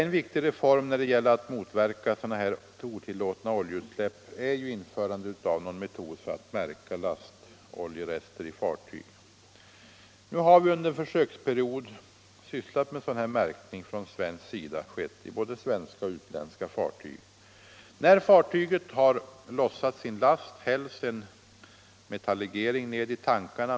En viktig reform när det gäller att motverka otillåtna oljeutsläpp är införandet av någon metod för att märka lastoljerester i fartyg. Under en försöksperiod har sådan märkning från svensk sida skett i både svenska och utländska fartyg. När fartyget har lossat sin last hälls en metallegering ned i tankarna.